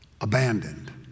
abandoned